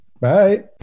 Bye